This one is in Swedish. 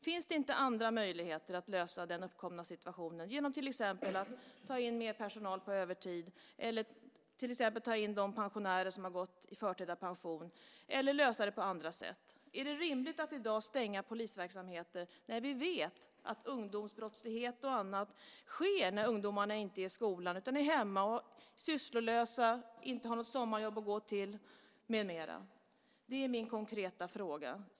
Finns det inte andra möjligheter att lösa den uppkomna situationen till exempel genom att ta in mer personal på övertid eller ta in pensionärer, dem som gått i förtida pension? Är det rimligt att i dag stänga polisverksamheter? Vi vet ju att ungdomsbrottslighet och annat sker när ungdomarna inte är i skolan utan är hemma och är sysslolösa, inte har något sommarjobb att gå till med mera. Det är vad min konkreta fråga gäller.